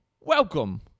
welcome